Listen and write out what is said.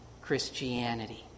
Christianity